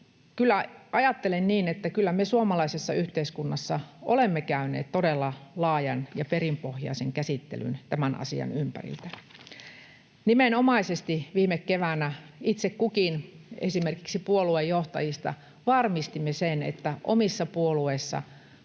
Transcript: ajattelen niin, että me suomalaisessa yhteiskunnassa olemme käyneet todella laajan ja perinpohjaisen käsittelyn tämän asian ympärillä. Nimenomaisesti viime keväänä itse kukin esimerkiksi puoluejohtajista varmisti sen, että omissa puolueissa